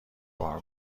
بار